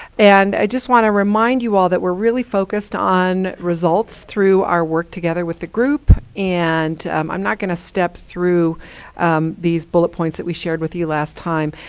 and i just want to remind you all that we're really focused on results through our work together with the group. and i'm not going to step through these bullet points that we shared with you last time,